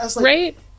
right